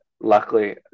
luckily